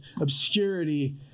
obscurity